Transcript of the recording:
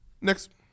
Next